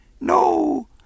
No